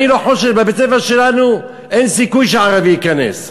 בבית-הספר שלנו אין סיכוי שערבי ייכנס,